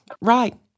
Right